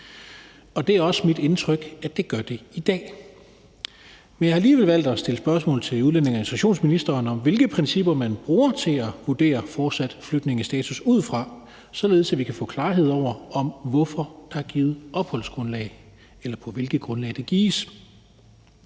Det er også mit indtryk, at det gør det i dag. Men jeg har alligevel valgt at stille spørgsmål til udlændinge- og integrationsministeren om, hvilke principper man bruger til at vurdere fortsat flygtningestatus ud fra, således at vi kan få klarhed over, hvorfor der er givet opholdstilladelse, eller på hvilke grundlag den gives.